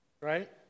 Right